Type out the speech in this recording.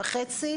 קצר.